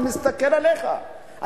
אני מסתכל עליך,